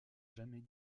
jamais